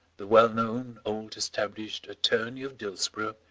the well-known old-established attorney of dillsborough,